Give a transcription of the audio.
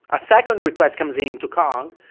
a second request comes in into kong,